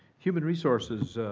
human resources.